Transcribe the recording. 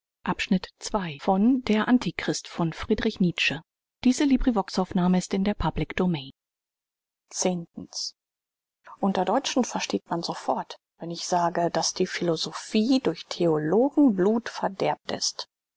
dietz unter deutschen versteht man sofort wenn ich sage daß die philosophie durch theologen blut verderbt ist